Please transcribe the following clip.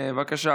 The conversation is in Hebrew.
בבקשה,